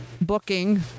booking